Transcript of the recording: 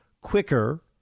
quicker